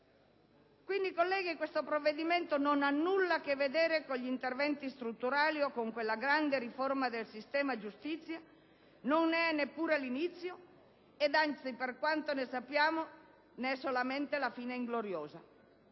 Quindi, colleghi, questo provvedimento non ha nulla a che vedere con gli interventi strutturali o con quella grande riforma del sistema giustizia; non ne é neppure l'inizio e anzi, per quanto ne sappiamo, ne é solamente la fine ingloriosa.